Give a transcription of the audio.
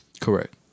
Correct